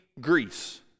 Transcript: Greece